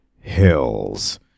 hills